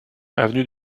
avenue